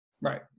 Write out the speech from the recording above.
Right